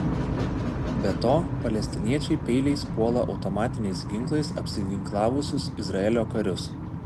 be to palestiniečiai peiliais puola automatiniais ginklais apsiginklavusius izraelio karius